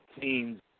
Teams